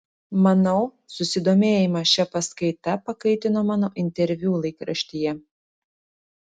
manau susidomėjimą šia paskaita pakaitino mano interviu laikraštyje